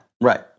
Right